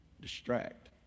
distract